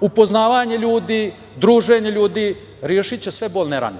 upoznavanja ljudi, druženja ljudi, rešiće sve bolne rane.